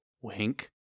wink